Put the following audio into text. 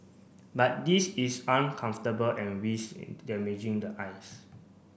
but this is uncomfortable and risk damaging the eyes